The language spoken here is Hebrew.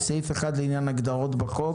לעניין הגדרות בחוק?